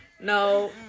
No